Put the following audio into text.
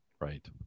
right